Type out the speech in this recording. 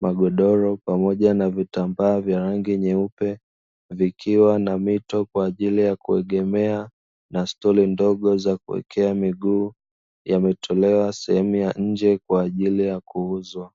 magodoro pamoja na vitambaa vya rangi nyeupe, vikiwa na mito kwa ajili ya kuegemea na stuli ndogo za kuwekea miguu, yametolewa sehemu ya nje kwa ajili ya kuuzwa.